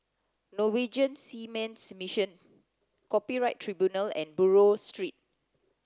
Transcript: Norwegian Seamen's Mission Copyright Tribunal and Buroh Street